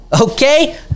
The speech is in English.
Okay